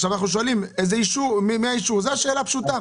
עכשיו אנחנו שואלים מי נתן אישור, זו שאלה פשוטה.